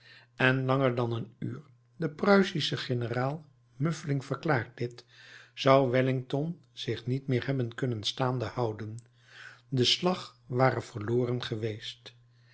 en langer dan een uur de pruisische generaal muffling verklaart dit zou wellington zich niet meer hebben kunnen staande houden de slag ware verloren geweest